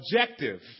objective